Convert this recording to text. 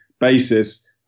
basis